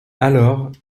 alors